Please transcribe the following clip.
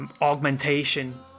augmentation